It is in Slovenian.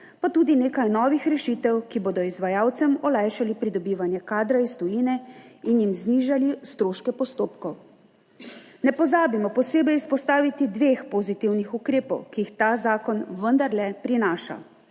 pa tudi nekaj novih rešitev, ki bodo izvajalcem olajšali pridobivanje kadra iz tujine in jim znižali stroške postopkov. Ne pozabimo posebej izpostaviti dveh pozitivnih ukrepov, ki ju ta zakon vendarle prinaša,